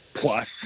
plus